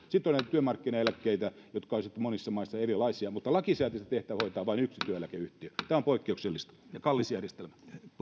työmarkkinaeläkkeitä jotka ovat monissa maissa erilaisia mutta lakisääteistä tehtävää hoitaa vain yksi työeläkeyhtiö tämä on poikkeuksellista ja kallis järjestelmä